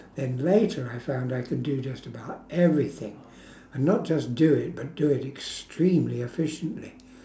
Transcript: and later I found I could do just about everything and not just do it but do it extremely efficiently